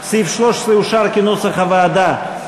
סעיף 13 אושר, כנוסח הוועדה.